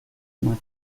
uma